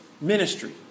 ministry